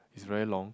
is very long